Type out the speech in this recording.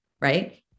right